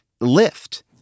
lift